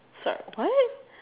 sorry what